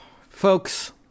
Folks